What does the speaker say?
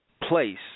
place